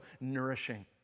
nourishing